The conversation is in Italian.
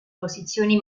posizioni